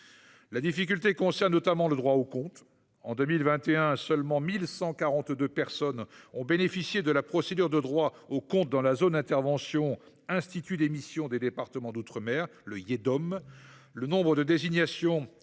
La difficulté concerne notamment le droit au compte. En 2021, seulement 1 142 personnes ont bénéficié de la procédure de droit au compte dans la zone d’intervention de l’Institut d’émission des départements d’outre mer, l’Iedom.